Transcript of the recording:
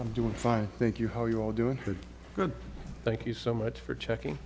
i'm doing fine thank you how are you all doing good thank you so much for checking